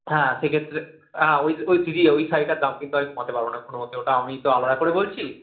হ্যাঁ সেক্ষেত্রে হ্যাঁ ওই দিদি ওই শাড়িটার দাম কিন্তু আমি কমাতে পারব না কোনো মতে ওটা আমি তো আলাদা করে বলছি